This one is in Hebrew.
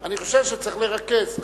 אני חושב שצריך לרכז.